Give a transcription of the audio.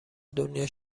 دنیا